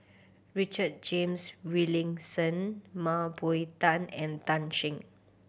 Richard James Wilkinson Mah Bow Tan and Tan Shen